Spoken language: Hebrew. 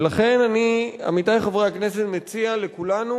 ולכן אני, עמיתי חברי הכנסת, מציע לכולנו